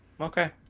Okay